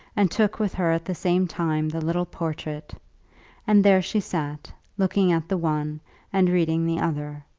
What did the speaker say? and took with her at the same time the little portrait and there she sat, looking at the one and reading the other.